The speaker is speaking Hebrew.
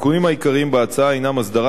התיקונים העיקריים בהצעה הם הסדרת